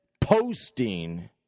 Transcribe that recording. posting